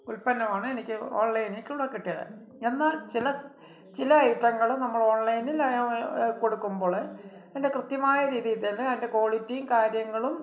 ഉത്പന്നമാണ് എനിക്ക് ഓൺലൈനിൽക്കൂടെ കിട്ടിയത് എന്നാൽ ചില ചില ഐറ്റങ്ങള് നമ്മളോൺലൈനിൽ കൊടുക്കുമ്പോള് അതിൻ്റെ കൃത്യമായ രീതിയില്ത്തന്നെ അതിൻ്റെ ക്വാളിറ്റിയും കാര്യങ്ങളും